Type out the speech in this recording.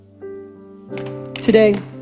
Today